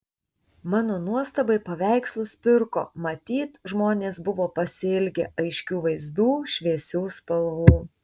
mano nuostabai paveikslus pirko matyt žmonės buvo pasiilgę aiškių vaizdų šviesių spalvų